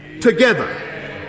together